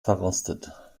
verrostet